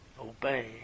Obey